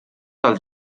dels